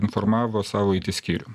informavo savo it skyrių